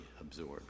absorbed